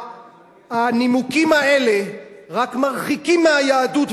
הנימוקים האלה רק מרחיקים מהיהדות,